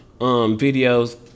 videos